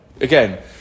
again